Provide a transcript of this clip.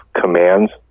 commands